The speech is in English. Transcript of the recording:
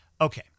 Okay